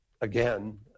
again